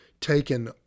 taken